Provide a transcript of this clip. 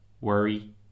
worry